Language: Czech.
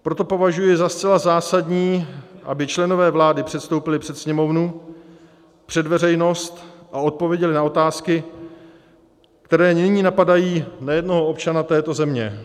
Proto považuji za zcela zásadní, aby členové vlády předstoupili před Sněmovnu, před veřejnost a odpověděli na otázky, které nyní napadají nejednoho občana této země.